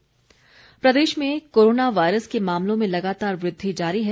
Himachal covid Pradesh में corona virus के मामलों में लागतार वृद्धि जारी है